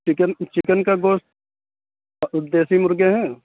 chicken chicken کا گوشت اور دیسی مرغے ہیں